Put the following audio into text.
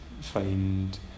find